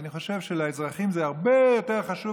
ואני חושב שלאזרחים זה הרבה יותר חשוב